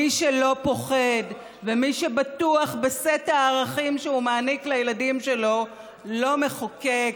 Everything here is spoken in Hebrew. מי שלא פוחד ומי שבטוח בסט הערכים שהוא מעניק לילדים שלו לא מחוקק